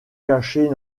cacher